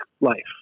life